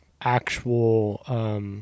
actual